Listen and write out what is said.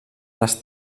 les